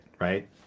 right